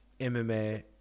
MMA